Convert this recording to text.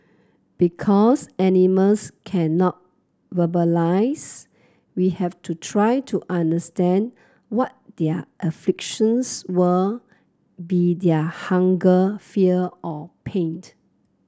because animals cannot verbalise we had to try to understand what their were be they hunger fear or pain